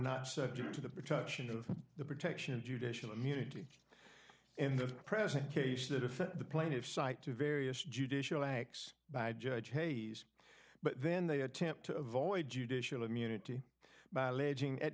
not subject to the protection of the protection of judicial immunity in the present case that if the plaintiffs cite various judicial acts by judge hayes but then they attempt to avoid judicial immunity by alleging at